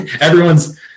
Everyone's